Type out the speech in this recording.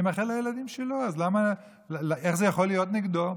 אני מאחל לילדים שלו, אז איך זה יכול להיות נגדו?